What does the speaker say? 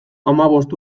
hamabost